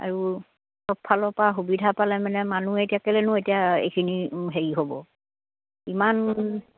আৰু সবফালৰ পৰা সুবিধা পালে মানে মানুহে এতিয়া কেলৈনো এতিয়া এইখিনি হেৰি হ'ব ইমান